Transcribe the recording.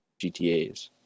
GTAs